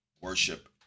worship